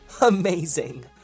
amazing